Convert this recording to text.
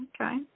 Okay